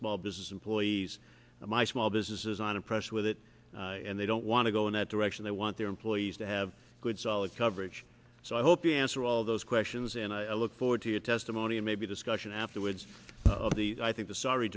small business employees my small business is on impressed with it and they don't want to go in that direction they want their employees to have good solid coverage so i hope you answer all those questions and i look forward to your testimony and maybe discussion afterwards of the i think the sorry